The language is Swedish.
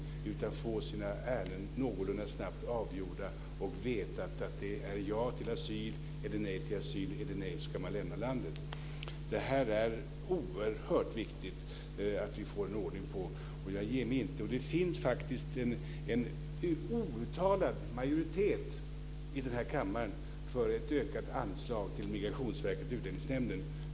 I stället ska de få sina ärenden någorlunda snabbt avgjorda och veta att det är ja till asyl eller nej till asyl och är det nej så ska man lämna landet. Det här är det oerhört viktigt att vi får ordning på, och jag ger mig inte. Det finns faktiskt en outtalad majoritet i den här kammaren för ökat anslag till Migrationsverket och Utlänningsnämnden.